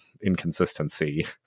inconsistency